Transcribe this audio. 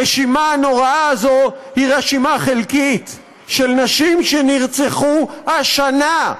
הרשימה הנוראה הזו היא רשימה חלקית של נשים שנרצחו השנה.